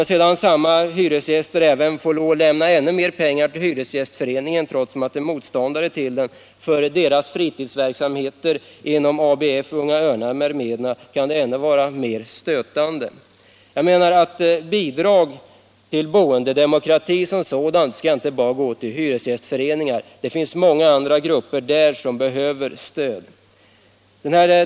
Får sedan samma hyresgäster lämna ännu mer pengar till hyresgästföreningen, trots att de är motståndare till den, för fritidsverksamheter inom ABF, Unga örnar m.m., kan det bli ännu mer stötande. Bidrag till boendedemokrati skall inte bara gå till hyresgästföreningar. Det finns många andra grupper som behöver stöd.